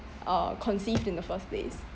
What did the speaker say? uh conceived in the first place